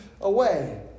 away